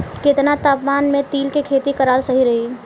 केतना तापमान मे तिल के खेती कराल सही रही?